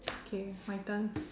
okay my turn